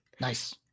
Nice